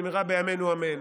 במהרה בימינו אמן.